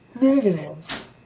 negative